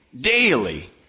daily